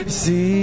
see